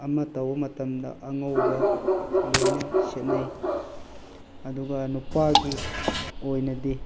ꯑꯃ ꯇꯧꯕ ꯃꯇꯝꯗ ꯑꯉꯧꯕ ꯂꯣꯏꯅ ꯁꯦꯠꯅꯩ ꯑꯗꯨꯒ ꯅꯨꯄꯥꯒꯤ ꯑꯣꯏꯅꯗꯤ